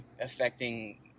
affecting